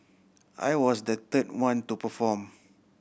I was the third one to perform